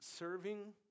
Serving